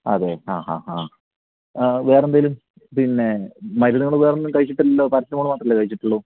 അതെ ആ ഹാ ഹാ വേറെയെന്തേലും പിന്നെ മരുന്നുകൾ വേറെയൊന്നും കഴിച്ചിട്ടില്ലല്ലോ പാരസെറ്റമോള് മാത്രമല്ലേ കഴിച്ചിട്ടുള്ളു